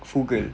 frugal